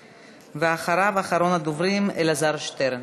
ואחריו, אחרון הדוברים, אלעזר שטרן.